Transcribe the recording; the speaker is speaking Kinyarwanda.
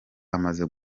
amaze